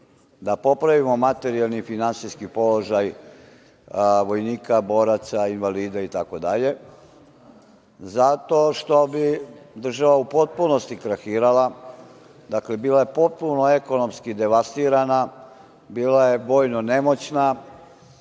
da popravimo materijalni, finansijski položaj vojnika, boraca, invalida itd. zato što bi država u potpunosti krahirala. Dakle, bila je potpuno ekonomski devastirana, bila je bojno nemoćna.